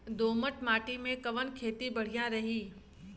दोमट माटी में कवन खेती बढ़िया रही?